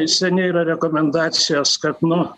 seniai yra rekomendacijos kad nu